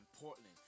Portland